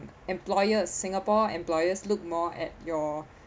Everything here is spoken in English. employer singapore employers look more at your